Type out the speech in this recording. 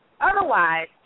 Otherwise